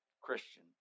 Christian